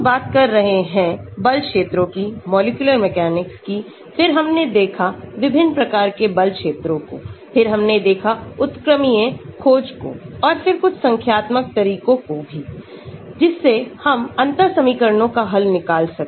हम बात कर रहे हैं बल क्षेत्रों की मॉलिक्यूलरमैकेनिक की फिर हमने देखा विभिन्न प्रकार के बल क्षेत्रों को फिर हमने देखा उत्क्रमणीय खोज को और फिर कुछ संख्यात्मक तरीकों को भी जिससे हम अंतर समीकरणों का हल निकाल सके